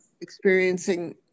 experiencing